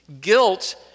Guilt